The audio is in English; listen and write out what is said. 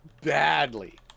Badly